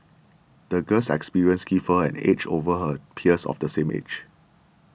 the girl's experiences gave her an edge over her peers of the same age